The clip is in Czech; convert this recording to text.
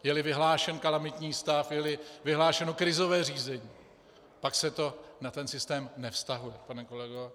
Jeli vyhlášen kalamitní stav, jeli vyhlášeno krizové řízení, pak se to na ten systém nevztahuje, pane kolego.